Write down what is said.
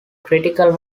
critical